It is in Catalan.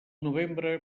novembre